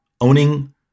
owning